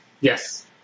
Yes